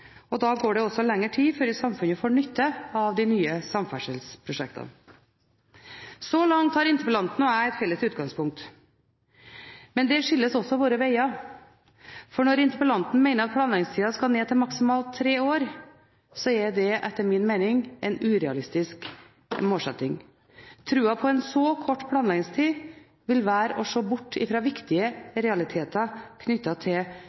og da går det også lengre tid før samfunnet får nytte av de nye samferdselsprosjektene. Så langt har interpellanten og jeg et felles utgangspunkt. Men der skilles også våre veger, for når interpellanten mener at planleggingstiden skal ned til maksimalt tre år, er det – etter min mening – en urealistisk målsetting. Å tro på en så kort planleggingstid vil være å se bort ifra viktige realiteter knyttet til